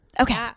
Okay